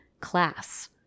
class